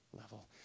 level